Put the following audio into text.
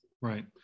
right